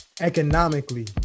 economically